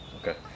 Okay